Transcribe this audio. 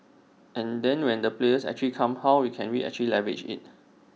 and then when the players actually come how we can we actually leverage IT